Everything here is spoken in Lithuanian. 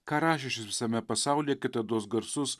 ką rašė šis visame pasaulyje kitados garsus